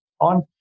on